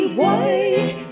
white